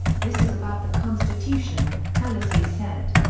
this is about the constitution, pelosi said.